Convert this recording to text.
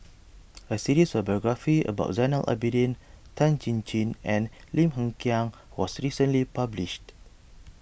a series of biographies about Zainal Abidin Tan Chin Chin and Lim Hng Kiang was recently published